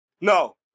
No